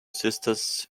sisters